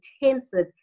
intensive